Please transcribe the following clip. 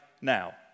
now